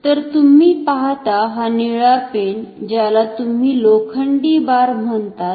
तर तुम्ही पाहता हा निळा पेन ज्याला तुम्ही लोखंडी बार म्हणतात